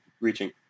reaching